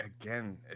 again